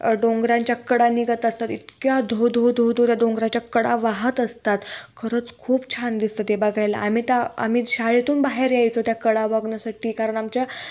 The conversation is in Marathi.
डोंगरांच्या कडा निघत असतात इतक्या धो धो धो धूर त्या डोंगराच्या कडा वाहत असतात खरंच खूप छान दिसतं ते बघायला आम्ही त्या आम्ही शाळेतून बाहेर यायचो त्या कडा बघण्यासाठी कारण आमच्या